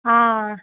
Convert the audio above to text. हा